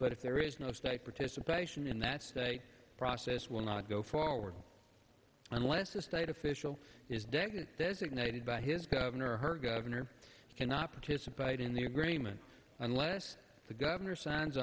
but if there is no state participation in that state process will not go forward unless a state official is dead designated by his governor or her governor cannot participate in the agreement unless the governor signs